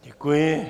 Děkuji.